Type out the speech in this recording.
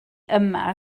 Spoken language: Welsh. yma